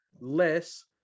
less